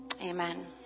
Amen